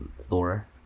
Thor